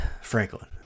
franklin